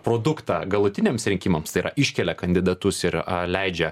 produktą galutiniams rinkimams tai yra iškelia kandidatus ir leidžia